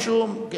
בבקשה.